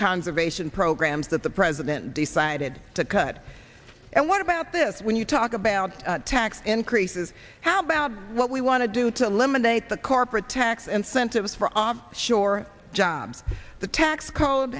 conservation programs that the president decided to cut and what about this when you talk about tax increases how about what we want to do to eliminate the corporate tax incentives for offshore jobs the tax code